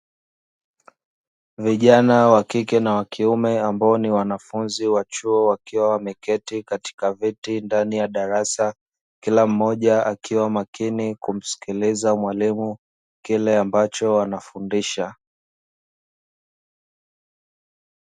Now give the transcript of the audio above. Vijana wa kike na wa kiume ambao ni wanafunzi wa chuo, wakiwa wameketi katika vtii ndani ya darasa, kila mmoja akiwa makini kumsikiliza mwalimu kile ambacho anafundisha.